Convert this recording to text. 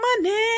money